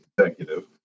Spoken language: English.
executive